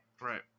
Right